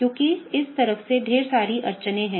क्योंकि इस तरफ से ढेर सारी अड़चनें हैं